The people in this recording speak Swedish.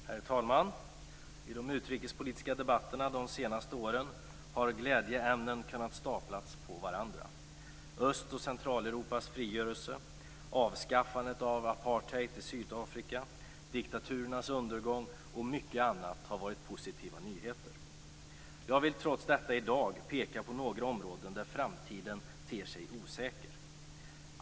Herr talman! I de utrikespolitiska debatterna de senaste åren har glädjeämnen kunnat staplas på varandra. Öst och Centraleuropas frigörelse, avskaffandet av apartheid i Sydafrika, diktaturernas undergång och mycket annat har varit positiva nyheter. Jag vill trots detta i dag peka på några områden där framtiden ter sig osäker.